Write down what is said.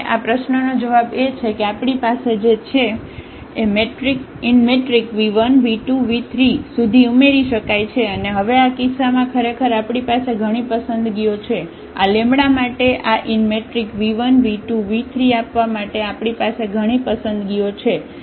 આ પ્રશ્નનો જવાબ એ છે કે આપણી પાસે છે જે v1 v2 v3 સુધી ઉમેરી શકાય છે અને હવે આ કિસ્સામાં ખરેખર આપણી પાસે ઘણી પસંદગીઓ છે આ માટે આ v1 v2 v3 આપવા માટે આપણી પાસે ઘણી પસંદગીઓ છે